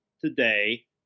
today